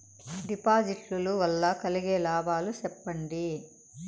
డిపాజిట్లు లు వల్ల కలిగే లాభాలు సెప్పండి?